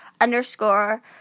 underscore